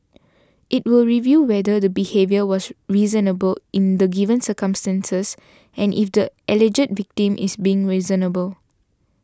it will review whether the behaviour was reasonable in the given circumstances and if the alleged victim is being reasonable